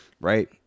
Right